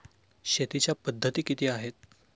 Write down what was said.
शेतीच्या पद्धती किती आहेत?